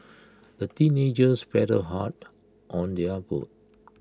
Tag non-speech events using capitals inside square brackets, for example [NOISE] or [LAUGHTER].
[NOISE] the teenagers paddled hard on their boat